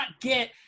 get